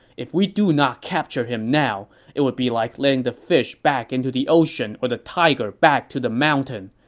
if we do not capture him now, it would be like letting the fish back into the ocean or the tiger back to the mountain.